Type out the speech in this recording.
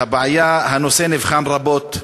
שהנושא נבחן רבות,